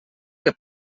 que